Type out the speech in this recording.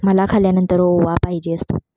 मला खाल्यानंतर ओवा पाहिजे असतो